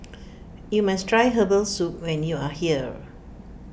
you must try Herbal Soup when you are here